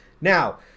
Now